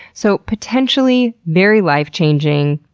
so, potentially very life-changing.